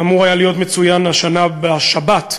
אמור היה להיות מצוין השנה בשבת,